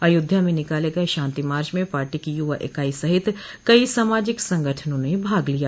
अयोध्या में निकाले गये शांति मार्च में पार्टी की युवा इकाई सहित कई सामाजिक संगठनों ने भाग लिया